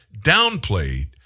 downplayed